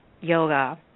yoga